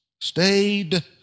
Stayed